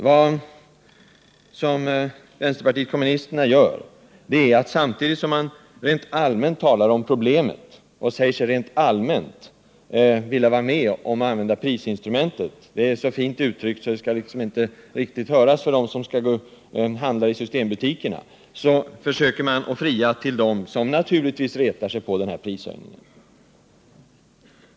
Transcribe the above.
Vad vänsterpartiet kommunisterna gör är att samtidigt som man rent allmänt talar om problemet och säger sig rent allmänt vilja vara med om att använda prisinstrumentet — det är så fint uttryckt, så det skall knappast höras för dem som handlar i systembutikerna — försöker man fria till dem som retar sig på den här prishöjningen.